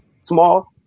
small